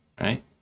right